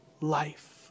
life